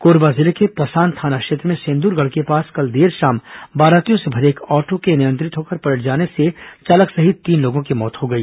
कोरबा जिले के पसान थाना क्षेत्र में सेंदुरगढ़ के पास कल देर शाम बारातियों से भरे एक ऑटो के अनियंत्रित होकर पलट जाने से चालक सहित तीन लोगों की मौत हो गई